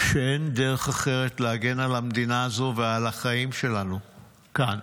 שאין דרך אחרת להגן על המדינה הזו ועל החיים שלנו כאן,